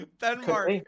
Denmark